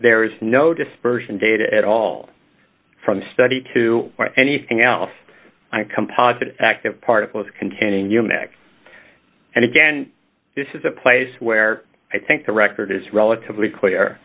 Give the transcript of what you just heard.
there is no dispersion data at all from the study to anything else i composite active particles containing human x and again this is a place where i think the record is relatively clear